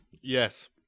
Yes